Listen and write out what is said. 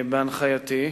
בהנחייתי.